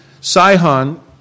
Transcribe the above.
Sihon